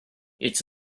its